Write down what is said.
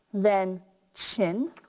then chin,